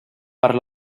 per